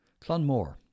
Clonmore